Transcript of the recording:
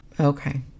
Okay